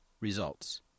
results